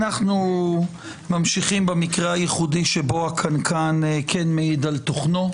אנחנו ממשיכים במקרה הייחודי שבו הקנקן ען מעיד על תוכנו.